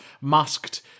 masked